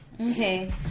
okay